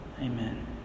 Amen